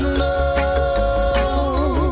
love